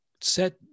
set